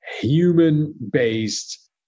human-based